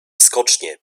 skocznie